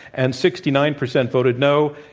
and sixty nine percent voted no.